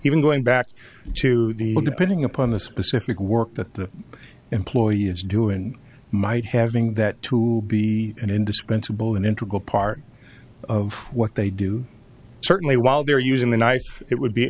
even going back to the depending upon the specific work that the employee is due and might having that to be an indispensable an integral part of what they do certainly while they're using the knife it would be